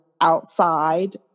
outside